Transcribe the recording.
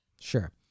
sure